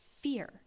fear